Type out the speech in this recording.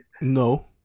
No